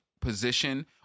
position